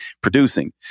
producing